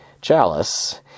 chalice